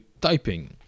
typing